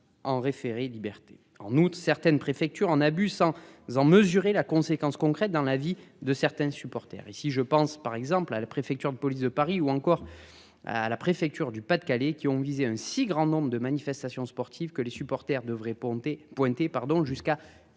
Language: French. en août. Certaines préfectures en abus sans en mesurer la conséquence concrète dans la vie de certains supporters ici, je pense par exemple à la préfecture de police de Paris ou encore. À la préfecture du Pas-de-Calais qui ont visé un si grand nombre de manifestations sportives que les supporters devraient Ponté pointé